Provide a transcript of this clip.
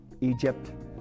Egypt